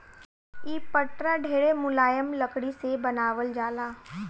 इ पटरा ढेरे मुलायम लकड़ी से बनावल जाला